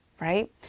right